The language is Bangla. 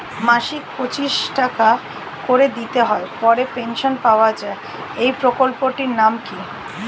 মাসিক পঁচিশ টাকা করে দিতে হয় পরে পেনশন পাওয়া যায় এই প্রকল্পে টির নাম কি?